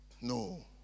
No